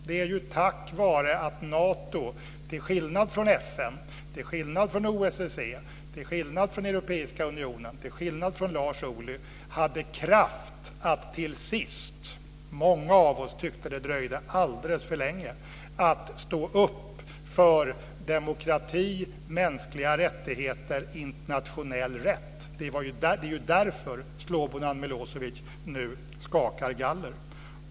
Det är ju tack vare att Nato - till skillnad från FN, OSSE, Europeiska unionen och Lars Ohly - hade kraft att till sist - många av oss tyckte att det dröjde alldeles för länge - stå upp för demokrati, mänskliga rättigheter och internationell rätt. Det är ju därför Slobodan Milo evic nu skakar galler.